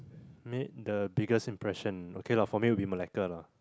made the biggest impression okay lah for me would be Malacca lah